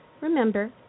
Remember